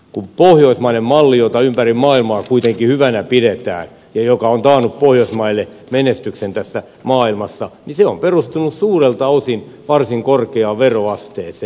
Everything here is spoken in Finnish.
kun pohjoismainen malli jota ympäri maailmaa kuitenkin hyvänä pidetään ja joka on taannut pohjoismaille menestyksen tässä maailmassa on perustunut suurelta osin varsin korkeaan veroasteeseen